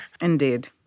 Indeed